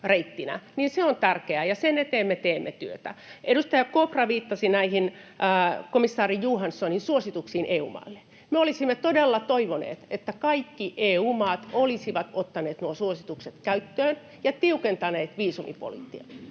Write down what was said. on tärkeää, ja sen eteen me teemme työtä. Edustaja Kopra viittasi komissaari Johanssonin suosituksiin EU-maille. Me olisimme todella toivoneet, että kaikki EU-maat olisivat ottaneet nuo suositukset käyttöön ja tiukentaneet viisumipolitiikkaansa